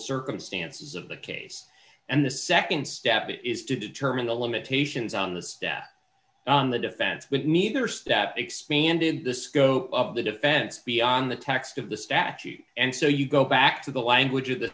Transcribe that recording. circumstances of the case and the nd step is to determine the limitations on the staff on the defense but neither step expanded the scope of the defense beyond the text of the statute and so you go back to the language of the